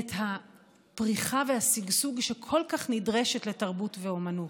את הפריחה והשגשוג שכל כך נדרשים לתרבות ואומנות.